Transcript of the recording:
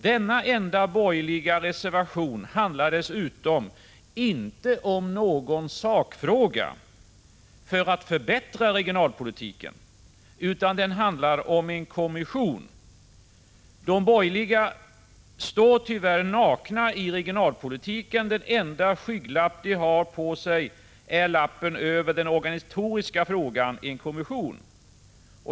Denna enda borgerliga reservation handlar dessutom inte om någon saklig åtgärd för att förbättra regionalpolitiken, utan den handlar om en kommission. De borgerliga står tyvärr nakna i regionalpolitiken, och det enda som de har att skyla sig med är lappen över den organisatoriska frågan i en kommission.